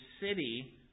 city